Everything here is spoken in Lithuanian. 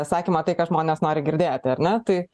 sakymą tai ką žmonės nori girdėti ar ne tai